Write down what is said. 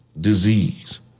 disease